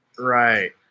Right